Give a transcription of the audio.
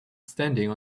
standing